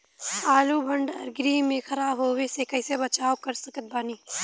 आलू भंडार गृह में खराब होवे से कइसे बचाव कर सकत बानी?